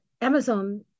Amazon